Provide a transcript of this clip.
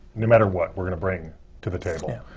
no matter what, we're gonna bring to the table.